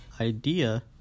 idea